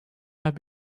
have